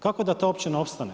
Kako da ta općina opstane?